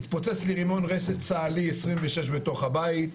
התפוצץ לי רימון רסס צה"לי 26 בתוך הבית,